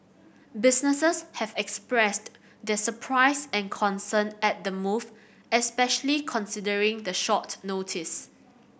businesses have expressed their surprise and concern at the move especially considering the short notice